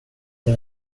det